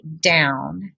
down